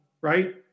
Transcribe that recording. Right